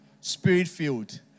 spirit-filled